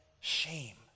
shame